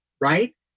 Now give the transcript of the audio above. right